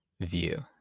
view